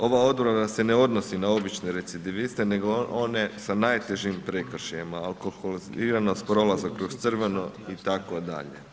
Ova odredba se ne odnosi na obične recidiviste nego one sa najtežim prekršajima alkoliziranost, prolazak kroz crveno itd.